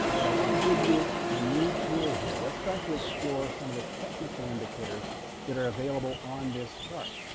but i want to give you a new tool here. let's start to explore some of the technical indicators that are available on this chart.